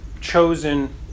Chosen